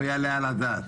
לא יעלה על הדעת.